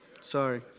Sorry